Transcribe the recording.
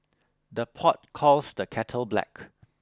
the pot calls the kettle black